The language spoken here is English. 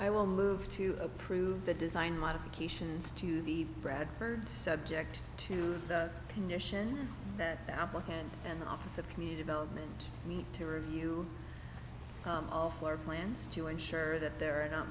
i will move to approve the design modifications to the bradford subject to the condition that the applicant and the office of community development meet to review all four plans to ensure that there are not